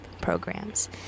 programs